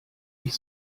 ich